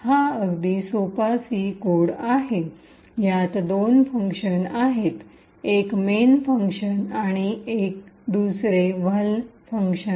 हा अगदी सोपा सी कोड आहे यात दोन फंक्शन्स आहेत एक मेन फंक्शन आणिव्हल्न फंक्शन